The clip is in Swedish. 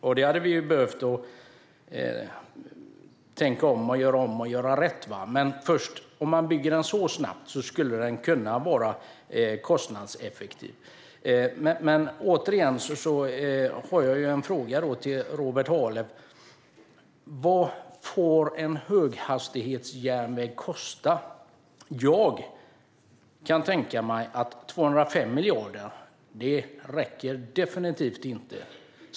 Vi hade behövt tänka om och göra om och göra rätt, men om man bygger den så snabbt skulle den kunna vara kostnadseffektiv. Jag har en fråga till Robert Halef: Vad får en höghastighetsjärnväg kosta? Jag kan tänka mig att 205 miljarder definitivt inte räcker.